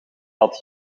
dat